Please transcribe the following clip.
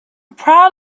proud